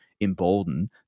embolden